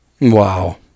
Wow